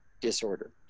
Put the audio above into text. disorder